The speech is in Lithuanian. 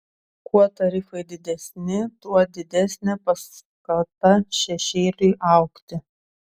kuo tarifai didesni tuo didesnė paskata šešėliui augti